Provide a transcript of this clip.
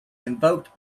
invoked